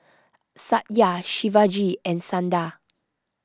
Satya Shivaji and Sundar